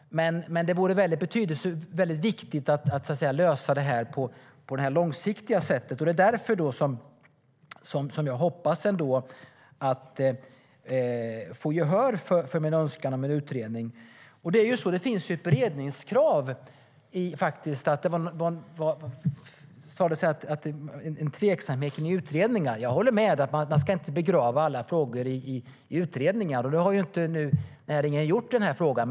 Men det vore viktigt att lösa frågan långsiktigt. Därför hoppas jag få gehör för min önskan om en utredning. Det finns ett beredningskrav. Det uttalades en tveksamhet kring utredningar. Jag håller med om att man inte ska begrava alla frågor i utredningar, och det har ju inte regeringen gjort i den här frågan.